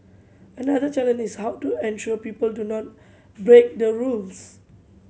another challenge is how to ensure people do not break the rules